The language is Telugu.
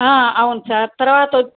అవును సార్ తర్వాతొ